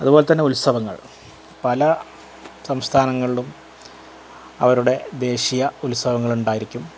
അതുപോലെതന്നെ ഉത്സവങ്ങൾ പല സംസ്ഥാനങ്ങളിലും അവരുടെ ദേശീയ ഉത്സവങ്ങൾ ഉണ്ടായിരിക്കും